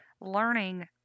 learning